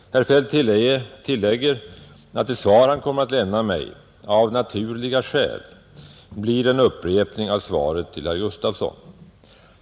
Herr Feldt tillägger att det svar han kommer att lämna mig ”av naturliga skäl” blir en upprepning av svaret till herr Gustafson.